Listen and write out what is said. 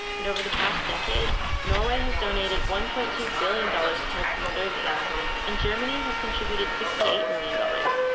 and over the past decade norway has donated one point two billion dollars to help conserve the amazon and germany has contributed sixty eight million dollars.